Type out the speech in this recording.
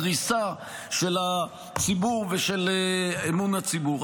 דריסה של הציבור ושל אמון הציבור.